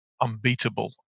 unbeatable